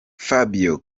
fabio